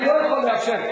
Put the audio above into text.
אני לא יכול לאפשר.